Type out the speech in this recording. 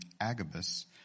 Agabus